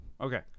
Okay